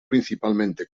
principalmente